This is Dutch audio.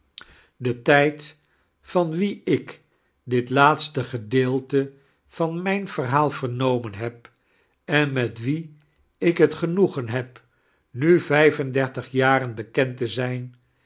de t ij d van wien ik dit laatste gedeelte van mijn verhaal vemomen heb en met wien ik het gienoegen heb nu vijf en deintig jaren bekend te zijn